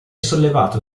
sollevato